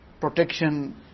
protection